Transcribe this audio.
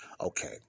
okay